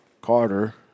Carter